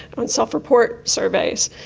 on self-report surveys.